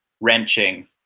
wrenching